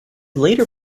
later